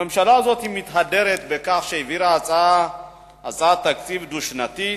הממשלה הזאת מתהדרת בכך שהעבירה תקציב דו-שנתי,